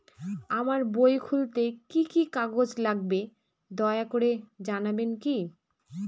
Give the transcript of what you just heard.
আমার বই খুলতে কি কি কাগজ লাগবে দয়া করে জানাবেন কি?